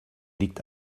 liegt